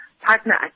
partner